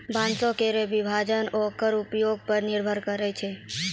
बांसों केरो विभाजन ओकरो उपयोग पर निर्भर करै छै